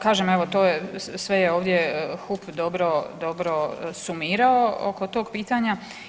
Kažem, evo to je, sve je ovdje HUP dobro sumirao oko tog pitanja.